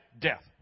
death